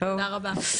תודה רבה.